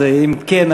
אז אם כן,